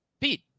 Pete